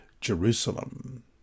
Jerusalem